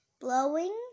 Blowing